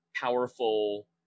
powerful